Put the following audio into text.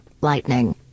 Lightning